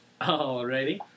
Alrighty